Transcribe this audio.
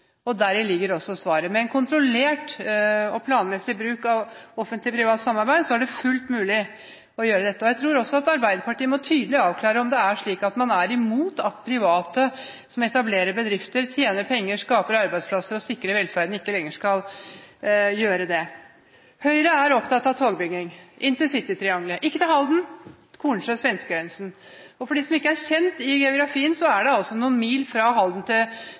og deri ligger også svaret. Med en kontrollert og planmessig bruk av offentlig–privat samarbeid er det fullt mulig å gjøre dette. Jeg tror også at Arbeiderpartiet må avklare tydelig om det er slik at man er imot at private som etablerer bedrifter, tjener penger, skaper arbeidsplasser og sikrer velferden, at man mener at de ikke lenger skal gjøre det. Høyre er opptatt av togbygging og intercitytriangelet – ikke til Halden, men til Kornsjø ved svenskegrensen. For de som ikke er kjent i geografien: Det er noen mil fra Halden til